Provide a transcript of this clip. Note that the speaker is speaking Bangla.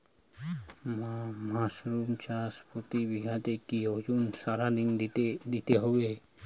মাসরুম চাষে প্রতি বিঘাতে কি ওজনে সার দিতে হবে?